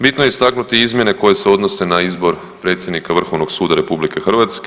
Bitno je istaknuti i izmjene koje se odnose na izbor predsjednika Vrhovnog suda RH.